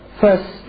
first